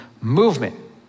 movement